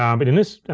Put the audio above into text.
um but in this,